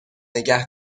نگه